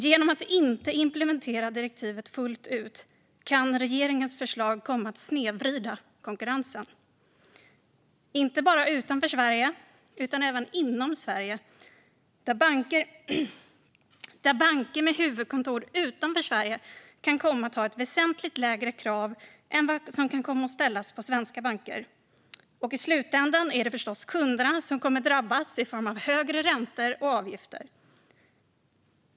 Genom att inte implementera direktivet fullt ut kan regeringens förslag komma att snedvrida konkurrensen, inte bara utanför Sverige utan även inom Sverige, där banker med huvudkontor utanför Sverige kan komma att ha ett väsentligt lägre krav på sig än det som kan komma att ställas på svenska banker. I slutändan är det förstås kunderna som kommer att drabbas i form av högre räntor och avgifter.